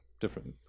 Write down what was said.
Different